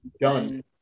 done